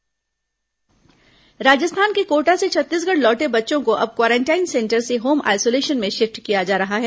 corona Kota बच्चे राजस्थान के कोटा से छत्तीसगढ़ लौटे बच्चों को अब क्वारेंटाइन सेंटर से होम आइसोलशन में शिफ्ट किया जा रहा है